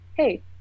hey